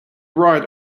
right